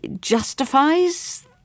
justifies